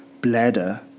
bladder